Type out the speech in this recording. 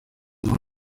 zunze